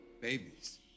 Babies